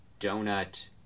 Donut